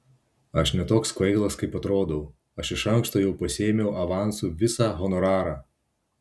aš ne toks kvailas kaip atrodau aš iš anksto jau pasiėmiau avansu visą honorarą